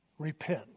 repent